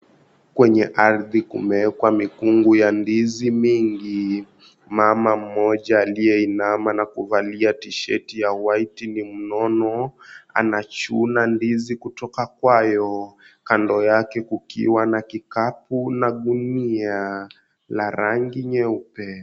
Kwenye ardhi kumewekwa mikungu ya ndizi mingi. Mama mmoja aliyeinama na kuvalia tisheti ya white ni mnono anachuna ndizi kutoka kwayo. Kando yake kukiwa na kikapu gunia la rangi nyeupe.